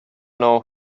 know